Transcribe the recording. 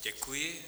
Děkuji.